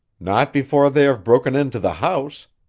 not before they have broken into the house.